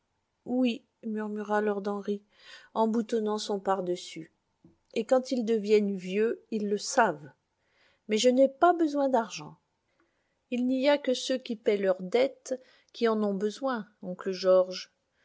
tout oui murmura lord henry en boutonnant son pardessus et quand ils deviennent vieux ils le savent mais je n'ai pas besoin d'argent il n'y a que ceux qui paient leurs dettes qui en ont besoin oncle george